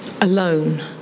alone